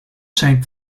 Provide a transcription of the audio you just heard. shaped